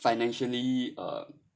financially uh